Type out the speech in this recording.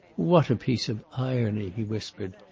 what a piece of irony! he whispered.